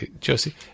Josie